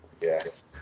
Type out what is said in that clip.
Yes